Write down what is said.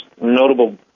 notable